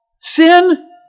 sin